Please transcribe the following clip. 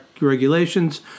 Regulations